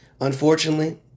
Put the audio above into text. unfortunately